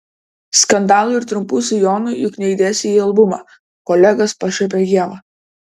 skandalų ir trumpų sijonų juk neįdėsi į albumą kolegas pašiepia ieva